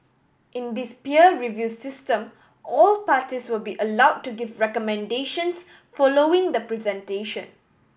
in this peer review system all parties will be allowed to give recommendations following the presentation